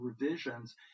revisions